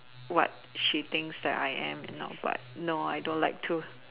what she thinks that I am you know but no I don't like to